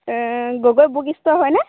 Gogoi book store হয়নে